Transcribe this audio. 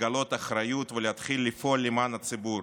לגלות אחריות ולהתחיל לפעול למען הציבור